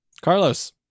Carlos